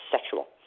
sexual